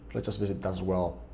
let's just visit that as well,